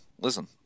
listen